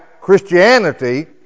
Christianity